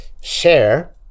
share